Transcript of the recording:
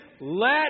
Let